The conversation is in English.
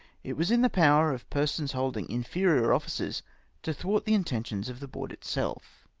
it was in the power of persons holding inferior offices to thwart the intentions of the board itself.